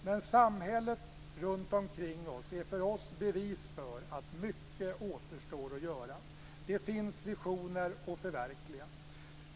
Men samhället runtomkring oss är för oss bevis för att mycket återstår att göra. Det finns visioner att förverkliga.